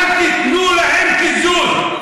אל תיתנו להם קיזוז.